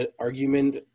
argument